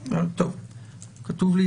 כתוב לי,